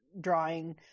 drawing